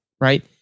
right